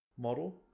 model